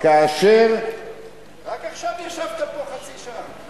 רק עכשיו ישבת פה חצי שעה.